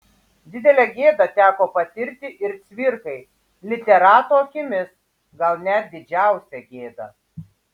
didelę gėdą teko patirti ir cvirkai literato akimis gal net didžiausią gėdą